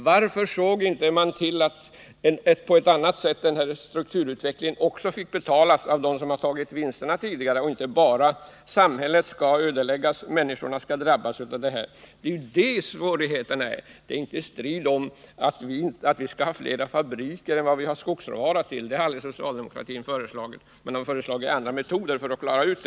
Människorna kommer att fråga sig varför man inte såg till att strukturomläggningen också fick betalas av dem som tog ut vinsterna. Det är just det saken gäller, inte att vi skall ha fler fabriker än vad vi har skogsråvaror till. Det har aldrig socialdemokratin föreslagit, men vi har föreslagit andra metoder för att lösa problemen.